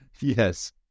Yes